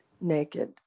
naked